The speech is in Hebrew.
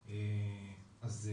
אז,